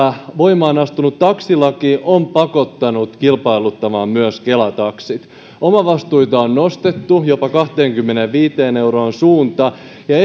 voimaan astunut taksilaki on pakottanut kilpailuttamaan myös kela taksit omavastuita on on nostettu jopa kahteenkymmeneenviiteen euroon suunta ja